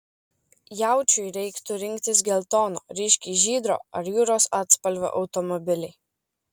jaučiui reiktų rinktis geltono ryškiai žydro ar jūros atspalvio automobilį